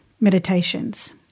meditations